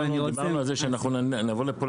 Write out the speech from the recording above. אבל אני רוצה --- אנחנו דיברנו על זה שאנחנו נבוא לפה